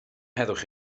heddwch